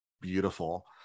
beautiful